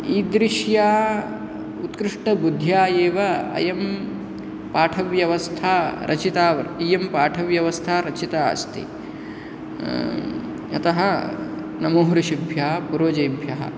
ईदृश्या उत्कृष्टबुद्ध्या एव अयं पाठव्यवस्था रचिता इयं पाठव्यवस्था रचिता अस्ति अतः नमो ऋषिभ्य पूर्वजेभ्यः